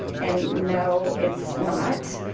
and no it's not.